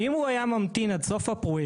ואם הוא היה ממתין עד סוף הפרויקט,